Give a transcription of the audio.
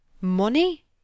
Money